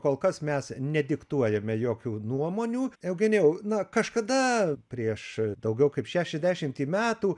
kol kas mes nediktuojame jokių nuomonių eugenijau na kažkada prieš daugiau kaip šešiasdešimtį metų